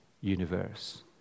universe